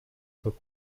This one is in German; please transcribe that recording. zur